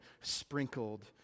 sprinkled